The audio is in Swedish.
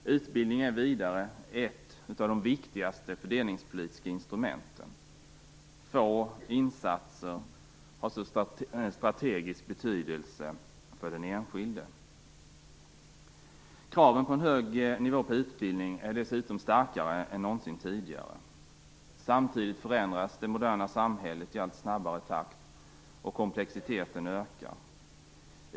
Utbildning är vidare ett av de viktigaste fördelningspolitiska instrumenten. Få insatser har så strategisk betydelse för den enskilde. Kraven på en hög nivå på utbildning är dessutom starkare än någonsin tidigare. Samtidigt förändras det moderna samhället i allt snabbare takt och komplexiteten ökar.